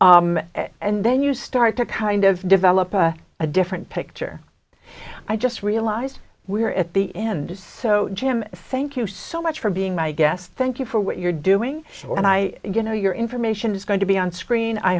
or and then you start to kind of develop a different picture i just realized we are at the end so jim thank you so much for being my guest thank you for what you're doing and i know your information is going to be onscreen i